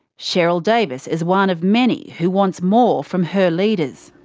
sheryl davis is one of many who wants more from her leaders.